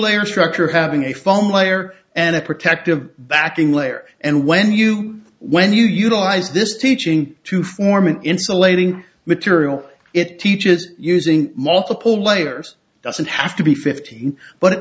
layer structure having a foam layer and a protective backing layer and when you when you utilize this teaching to form an insulating material it teaches using multiple layers doesn't have to be fifteen but it